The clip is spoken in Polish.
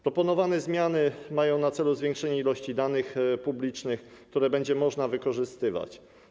Proponowane zmiany mają na celu zwiększenie ilości danych publicznych, które będzie można wykorzystywać.